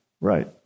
Right